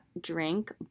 drink